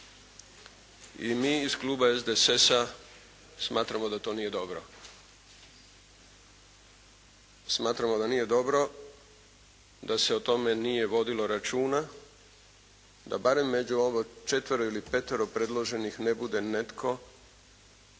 I mi iz kluba SDSS-a smatramo da to nije dobro. Smatramo da nije dobro da se o tome nije vodilo računa da barem među ovo četvero ili petero predloženo ne bude netko